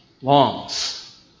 longs